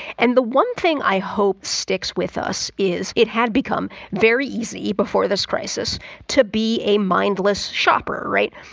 and the one thing i hope sticks with us is it had become very easy before this crisis to be a mindless shopper, right?